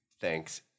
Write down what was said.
thanks